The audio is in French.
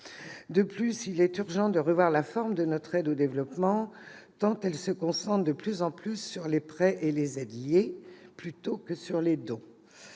De plus, il est urgent de revoir la forme de notre aide au développement, qui se concentre de plus en plus sur les prêts et les aides liées, plutôt que sur les dons.